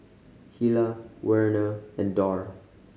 Hilah Werner and Dorr